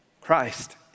Christ